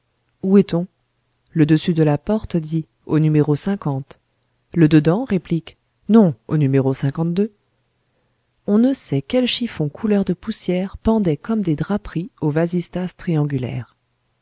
où est-on le dessus de la porte dit au numéro le dedans réplique non au numéro on ne sait quels chiffons couleur de poussière pendaient comme des draperies au vasistas triangulaire